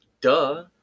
Duh